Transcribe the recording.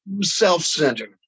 self-centered